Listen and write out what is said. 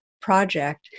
project